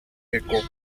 echo